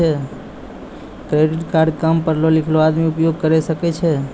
Credit card काम पढलो लिखलो आदमी उपयोग करे सकय छै?